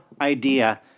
idea